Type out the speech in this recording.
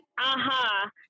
aha